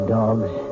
dogs